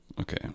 Okay